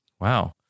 Wow